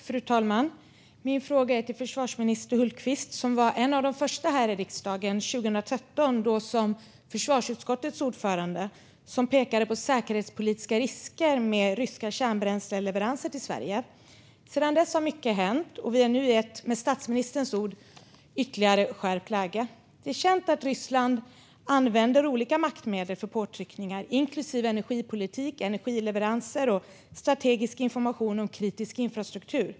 Fru talman! Min fråga är till försvarsminister Hultqvist som var en av de första att 2013 här i riksdagen, då som försvarsutskottets ordförande, peka på säkerhetspolitiska risker med ryska kärnbränsleleveranser till Sverige. Sedan dess har mycket hänt, och vi har nu ett, med statsministerns ord, ytterligare skärpt läge. Det är känt att Ryssland använder olika maktmedel för påtryckningar, inklusive energipolitik, energileveranser och strategisk information om kritisk infrastruktur.